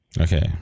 Okay